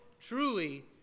truly